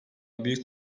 büyük